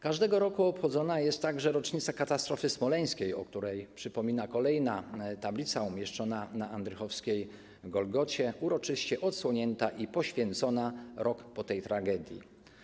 Każdego roku obchodzona jest także rocznica katastrofy smoleńskiej, o której przypomina kolejna tablica umieszczona na andrychowskiej golgocie, uroczyście odsłonięta i poświęcona rok po tej tragedii.